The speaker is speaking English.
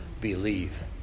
believe